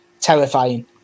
terrifying